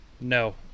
No